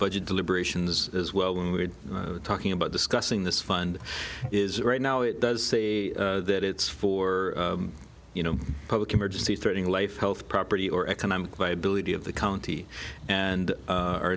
budget deliberations as well when we're talking about discussing this fund is right now it does say that it's for you know public emergency threatening life health property or economic viability of the county and